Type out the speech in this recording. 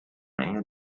menge